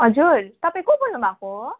हजुर तपाईँ को बोल्नुभएको हो